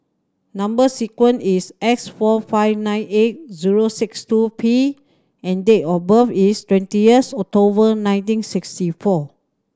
number sequence is S four five nine eight zero six two P and date of birth is twenty of October nineteen sixty four